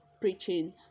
preaching